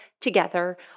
together